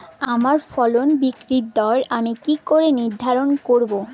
আমার ফসল বিক্রির দর আমি কি করে নির্ধারন করব?